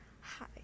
Hi